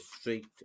straight